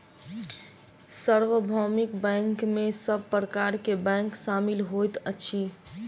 सार्वभौमिक बैंक में सब प्रकार के बैंक शामिल होइत अछि